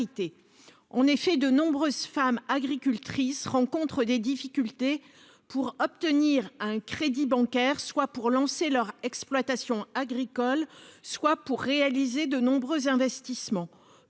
on est fait de nombreuses femmes agricultrices rencontrent des difficultés pour obtenir un crédit bancaire soit pour lancer leur exploitation agricole soit pour réaliser de nombreux investissements